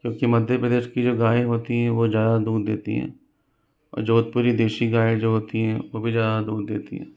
क्योंकि मध्य प्रदेश की जो गाय होती हैं वह ज़्यादा दूध देती हैं जोधपुरी देसी गाय जो होती है वह भी ज़्यादा दूध देती है